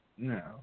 No